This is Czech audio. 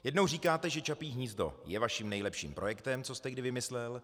Jednou říkáte, že Čapí hnízdo je vaším nejlepším projektem, co jste kdy vymyslel.